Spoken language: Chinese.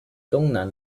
东南